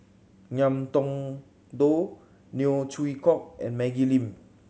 Ngiam Tong Dow Neo Chwee Kok and Maggie Lim